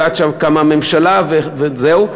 ועד שקמה ממשלה וזהו.